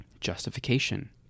justification